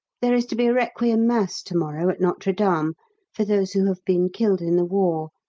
there is to be a requiem mass to-morrow at notre dame for those who have been killed in the war,